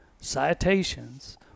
citations